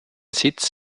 sitz